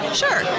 sure